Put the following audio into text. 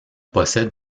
possède